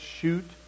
shoot